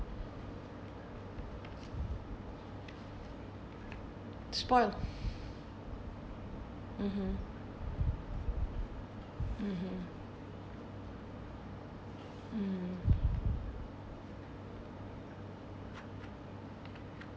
spoil (uh huh) (uh huh) (uh huh)